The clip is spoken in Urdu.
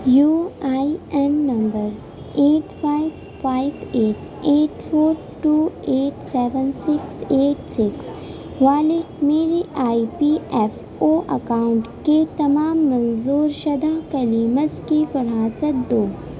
you I N number eight five five eight eight four two eight seven six eight six والے میرے I P F O account کے تمام منظور شدہ کلیمز کی فراست دو